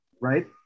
Right